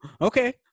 Okay